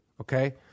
okay